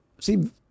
see